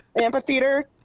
amphitheater